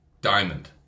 diamond